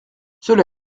cela